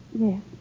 Yes